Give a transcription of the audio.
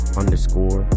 underscore